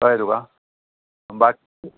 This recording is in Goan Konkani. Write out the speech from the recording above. कळ्ळें तुका बाकी